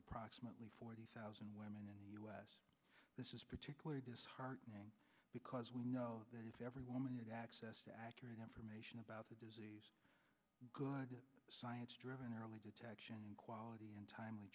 approximately forty thousand women in the u s this is particular disheartening because we know that if every one minute access to accurate information about the disease good science driven early detection and quality and timely